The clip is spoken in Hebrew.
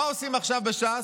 מה עושים עכשיו בש"ס?